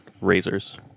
Razors